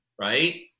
right